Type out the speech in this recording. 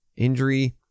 injury